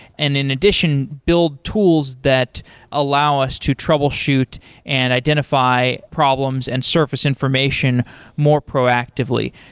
and in addition, build tools that allow us to troubleshoot and identify problems and surface information more proactively.